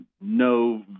no